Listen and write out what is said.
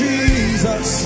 Jesus